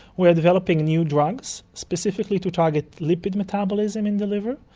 we are developing new drugs specifically to target lipid metabolism in the liver,